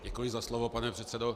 Děkuji za slovo, pane předsedo.